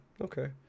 okay